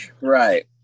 Right